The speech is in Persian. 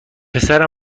پسر